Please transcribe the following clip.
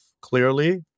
clearly